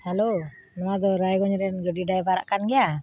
hello ᱱᱚᱣᱟᱫᱚ ᱨᱟᱭᱜᱚᱸᱡᱽᱨᱮᱱ ᱜᱟᱹᱰᱤ ᱰᱟᱭᱵᱟᱨᱟᱜ ᱠᱟᱱ ᱜᱮᱭᱟ